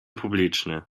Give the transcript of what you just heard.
publiczny